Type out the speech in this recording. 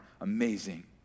amazing